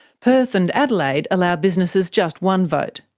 perth and adelaide allow businesses just one vote.